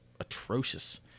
atrocious